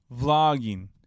vlogging